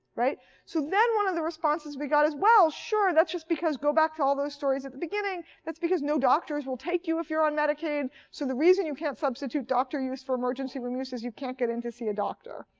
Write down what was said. so then one of the responses we got was, well, sure. that's just because go back to all those stories at the beginning. that's because no doctors will take you if you're on medicaid. so the reason you can't substitute doctor use for emergency room use is you can't get in to see a doctor.